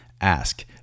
ask